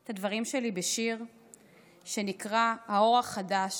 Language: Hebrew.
את הדברים שלי בשיר שנקרא: האור החדש,